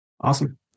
Awesome